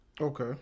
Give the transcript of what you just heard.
Okay